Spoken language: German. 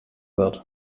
wird